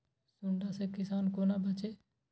सुंडा से किसान कोना बचे?